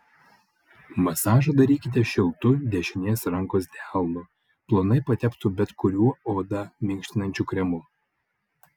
masažą darykite šiltu dešinės rankos delnu plonai pateptu bet kuriuo odą minkštinančiu kremu